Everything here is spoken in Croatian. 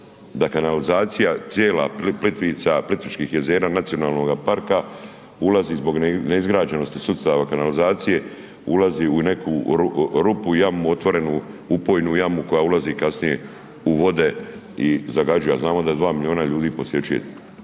da kanalizacija cijela Plitvica, Plitvičkih jezera, nacionalnoga parka ulazi zbog neizgrađenosti sustava kanalizacije, ulazi u neku rupu, jamu otvorenu, upojnu jamu koja ulazi kasnije u vode i zagađuje, a znamo da 2 milijuna ljudi posjećuje